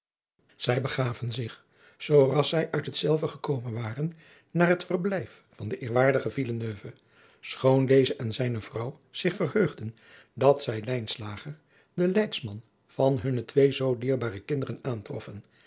zij begaven zich zoo ras zij uit hetzelve gekomen waren naar het verblijf van den eerwaardigen villeneuve schoon deze en zijne vrouw zich verheugden dat zij lijnslager den leidsman van hunne twee zoo dierbare kinderen aantroffen